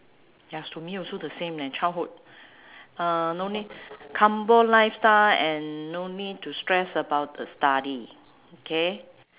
yes to me also the same eh childhood uh no need humble lifestyle and no need to stress about the study K